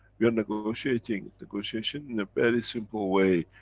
we are negotiating, negotiation in a very simple way,